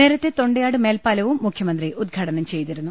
നേരത്തെ തൊണ്ടയാട് മേൽപ്പാലവും മുഖ്യമന്ത്രി ഉദ്ഘാടനം ചെയ്തിരുന്നു